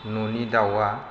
न'नि दाउआ